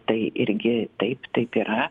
tai irgi taip taip yra